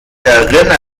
erinnere